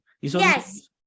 yes